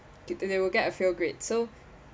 they will get a fail grade so